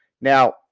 Now